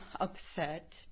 upset